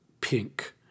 pink